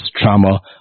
trauma